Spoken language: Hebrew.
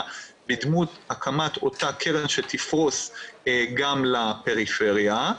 בדמות הקמת אותה קרן שתפרוס גם לפריפריה,